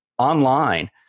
Online